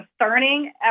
concerning